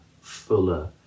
fuller